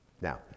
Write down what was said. now